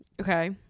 okay